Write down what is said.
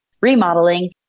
remodeling